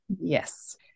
yes